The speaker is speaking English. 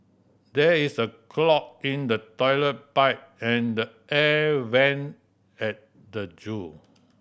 there is a clog in the toilet pipe and the air vent at the zoo